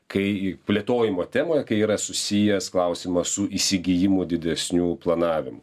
kai plėtojimo temoje kai yra susijęs klausimas su įsigijimu didesnių planavimų